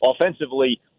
Offensively